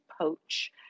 poach